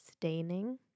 staining